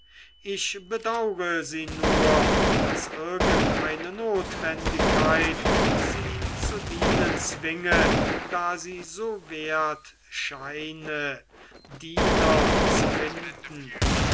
ich bedaure sie nur daß irgendeine notwendigkeit sie zu dienen zwinge da sie so wert scheine diener zu finden